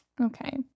okay